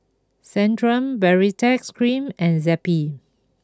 Centrum Baritex Cream and Zappy